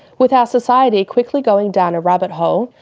with our society quickly going down a rabbit hole,